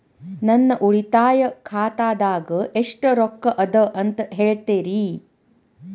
ನನ್ನ ಉಳಿತಾಯ ಖಾತಾದಾಗ ಎಷ್ಟ ರೊಕ್ಕ ಅದ ಅಂತ ಹೇಳ್ತೇರಿ?